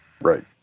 Right